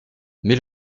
mais